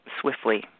swiftly